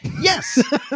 yes